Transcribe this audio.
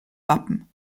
wappen